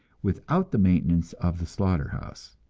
without the maintenance of the slaughter-house.